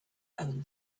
own